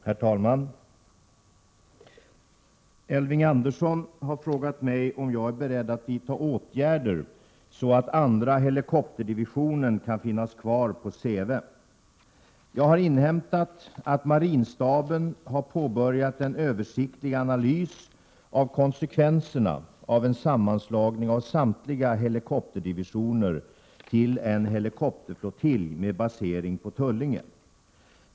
Herr talman! Elving Andersson har frågat mig om jag är beredd att vidta åtgärder så att andra helikopterdivisionen kan finnas kvar på Säve. Jag har inhämtat att marinstaben har påbörjat en översiktlig analys av konsekvenserna av en sammanslagning av samtliga helikopterdivisioner till en helikopterflottilj med basering på Tullinge.